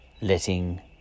letting